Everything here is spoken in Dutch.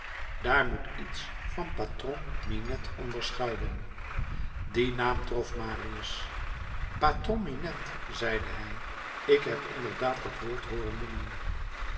daar moet iets van patron minette onder schuilen die naam trof marius patron minette zeide hij ik heb inderdaad dat woord hooren noemen